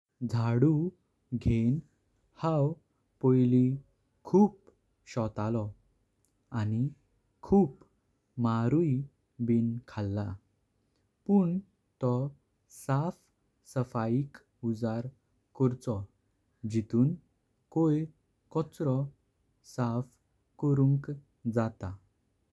झाडू घेवन हांव पोईली खूप शोतलो। आणि खूप मारुई बिन खाला पण तो साफ सफाइक उजड कयोको। जितून कोराय कोचरो साफ कोरुंक जाता।